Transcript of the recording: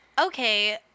Okay